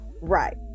Right